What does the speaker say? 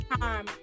time